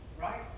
Right